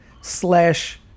slash